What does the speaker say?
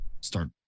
start